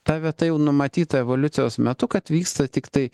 ta vieta jau numatyta evoliucijos metu kad vyksta tiktai